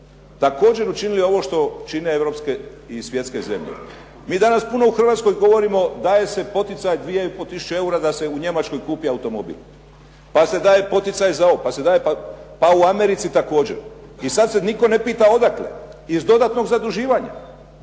također učinili ovo što čine europske i svjetske zemlje. Mi danas puno u Hrvatskoj govorimo, daje se poticaj 2,5 tisuće eura da se u Njemačkoj kupi automobil, pa se daje poticaj za ovo, pa se daje, pa u Americi također. I sada se nitko ne pita odakle, iz dodatnog zaduživanja,